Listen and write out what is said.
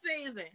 season